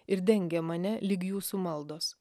ir dengė mane lyg jūsų maldos